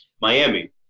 Miami